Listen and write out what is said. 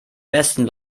besten